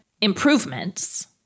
improvements